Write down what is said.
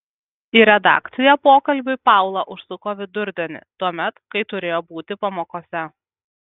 į redakciją pokalbiui paula užsuko vidurdienį tuomet kai turėjo būti pamokose